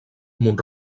mont